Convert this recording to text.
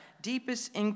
deepest